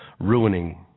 ruining